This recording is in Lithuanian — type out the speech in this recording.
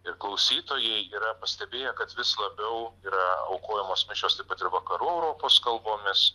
ir klausytojai yra pastebėję kad vis labiau yra aukojamos mišios taip pat ir vakarų europos kalbomis